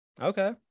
Okay